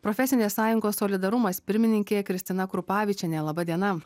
profesinės sąjungos solidarumas pirmininkė kristina krupavičienė laba diena